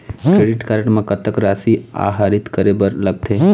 Credit card म कतक राशि आहरित करे बर लगथे?